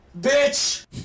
Bitch